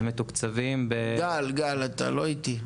הם מתוקצבים ב --- גל, אתה לא איתי.